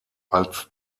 als